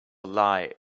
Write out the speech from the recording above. lie